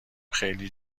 خیلی